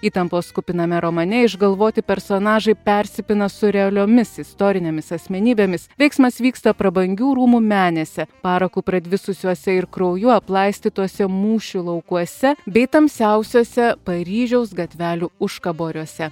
įtampos kupiname romane išgalvoti personažai persipina su realiomis istorinėmis asmenybėmis veiksmas vyksta prabangių rūmų menėse paraku pradvisusiuose ir krauju aplaistytose mūšių laukuose bei tamsiausiose paryžiaus gatvelių užkaboriuose